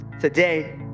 Today